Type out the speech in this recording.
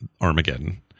armageddon